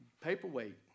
paperweight